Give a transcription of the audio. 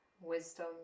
wisdom